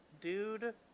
Dude